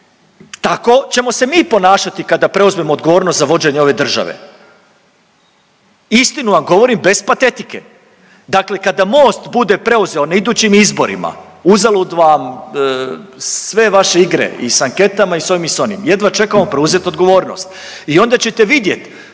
Tako ćemo se mi ponašati kada preuzmemo odgovornost za vođenje ove države, istinu vam govorim bez patetike, dakle kada Most bude preuzeo na idućim izborima, uzalud vam sve vaše igre i s anketama i s ovim i s onim, jedva čekamo preuzet odgovornost i onda ćete vidjet,